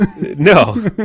no